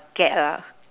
get